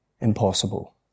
impossible